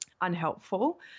unhelpful